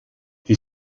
die